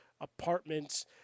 apartments